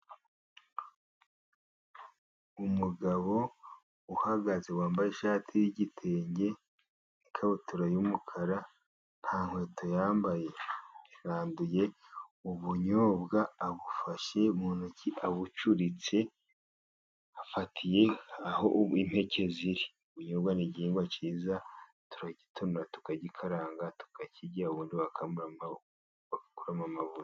Umugabo uhagaze wambaye ishati y'igitenge n'ikabutura y'umukara, nta nkweto yambaye. Yaranduye ubunyobwa abufashe mu ntoki abucuritse. afatiye aho impeke ziri. Ubuyobwa ni igihingwa cyiza, turagitonora tukagikaranga, tukakirya, ubundi bagakamuramo amavuta.